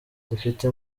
depite